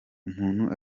umuntu